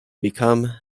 become